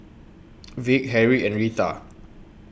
Vick Harrie and Retha